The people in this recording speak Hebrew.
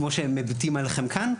כמו שהם מביטים עליכם כאן,